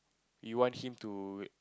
you want him to